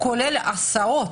כולל ההסעות.